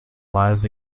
lies